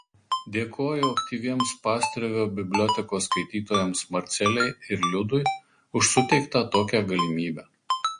dėkoju aktyviems pastrėvio bibliotekos skaitytojams marcelei ir liudui už suteiktą tokią galimybę